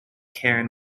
karen